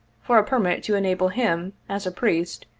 for a permit to enable him, as a priest,